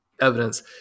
evidence